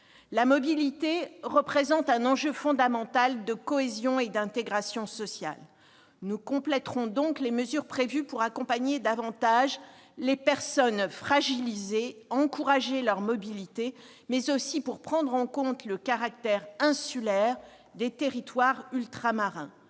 La mobilité représente un enjeu fondamental en matière de cohésion et d'intégration sociales. Nous compléterons donc les mesures prévues pour accompagner davantage les personnes fragilisées et favoriser leur mobilité, ainsi que pour tenir compte du caractère insulaire des territoires ultramarins.